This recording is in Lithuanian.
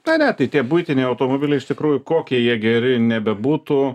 na ne tai tie buitiniai automobiliai iš tikrųjų kokie jie geri nebebūtų